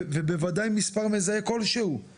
ובוודאי מספר מזהה כלשהו.